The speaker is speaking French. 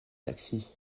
taxi